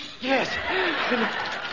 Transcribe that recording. Yes